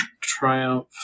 triumph